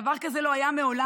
דבר כזה לא היה מעולם,